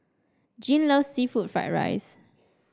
Jean loves seafood Fried Rice